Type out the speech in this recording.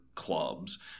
clubs